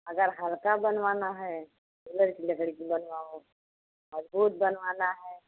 अगर हल्का बनवाना है तो गूलर की लकड़ी की बनवाओ मज़बूत बनवाना है